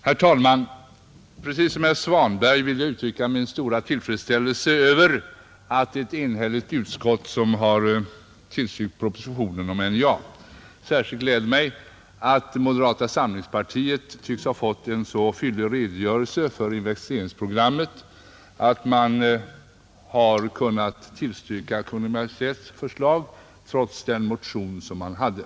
Herr talman! Precis som herr Svanberg vill jag uttrycka min stora tillfredsställelse över att det är ett enhälligt utskott som har tillstyrkt propositionen om NJA. Särskilt gläder det mig att moderata samlingspartiet i utskottet fått en så fyllig redogörelse för investeringsprogrammet att man har kunnat tillstyrka Kungl. Maj:ts förslag trots den motion som man väckt.